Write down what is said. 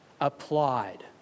applied